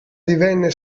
divenne